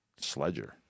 Sledger